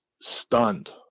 stunned